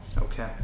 Okay